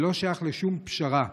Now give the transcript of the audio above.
זה לא שייך לשום פשרה,